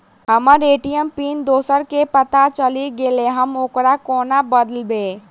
हम्मर ATM pin दोसर केँ पत्ता चलि गेलै, हम ओकरा कोना बदलबै?